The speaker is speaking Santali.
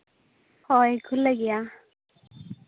ᱦᱳᱭ ᱠᱷᱩᱞᱟᱹ ᱜᱮᱭᱟ